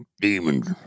demons